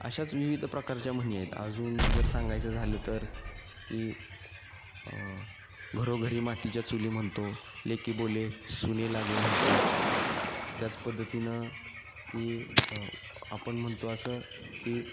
अशाच विविध प्रकारच्या म्हणी आहेत अजून जर सांगायचं झालं तर की घरोघरी मातीच्या चुली म्हणतो लेकी बोले सुने लागे म्हणतो त्याच पद्धतीनं की आपण म्हणतो असं की